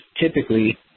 typically